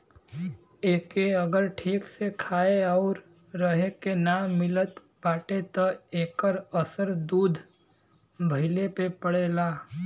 एके अगर ठीक से खाए आउर रहे के ना मिलत बाटे त एकर असर दूध भइले पे पड़ेला